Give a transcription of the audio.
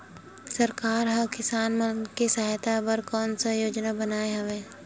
सरकार हा किसान मन के सहायता बर कोन सा योजना बनाए हवाये?